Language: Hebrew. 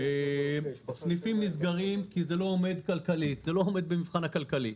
סניפים נסגרים, כי זה לא עומד במבחן הכלכלי.